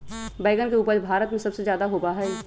बैंगन के उपज भारत में सबसे ज्यादा होबा हई